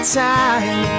time